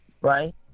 Right